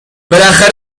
بالاخره